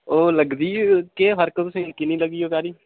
ओह् लगदी केह् फर्क तुसेंगी किन्नी लग्गी ओह् सारी